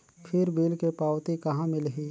फिर बिल के पावती कहा मिलही?